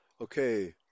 Okay